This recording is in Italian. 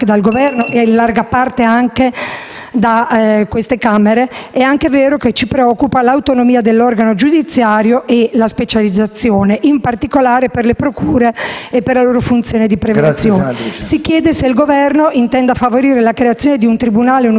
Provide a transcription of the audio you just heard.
dalle Camere, dall'altro ci preoccupa l'autonomia dell'organo giudiziario e la specializzazione, in particolare per le procure e per la loro funzione di prevenzione. Si chiede se il Governo intenda favorire la creazione di un tribunale e un ufficio autonomo di procura che